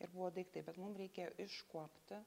ir buvo daiktai bet mum reikėjo iškuopti